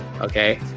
okay